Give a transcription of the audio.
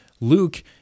Luke